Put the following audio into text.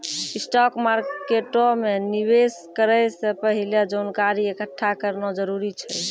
stock मार्केटो मे निवेश करै से पहिले जानकारी एकठ्ठा करना जरूरी छै